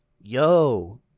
Yo